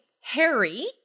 Harry